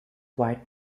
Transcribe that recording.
quite